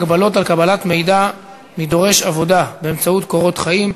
הגבלות על קבלת מידע מדורש עבודה באמצעות קורות חיים),